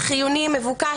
חיוני או מבוקש,